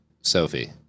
Sophie